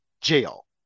jail